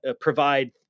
provide